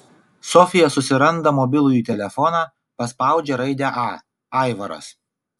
sofija susiranda mobilųjį telefoną paspaudžia raidę a aivaras